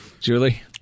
Julie